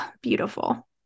beautiful